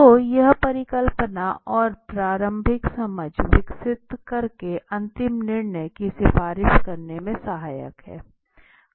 तो यह परिकल्पना और प्रारंभिक समझ विकसित करके अंतिम निर्णय की सिफारिश करने में सहायक हैं